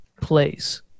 place